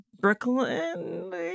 Brooklyn